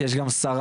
יש גם שרה